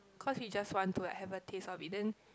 cause we just want to have a taste of it then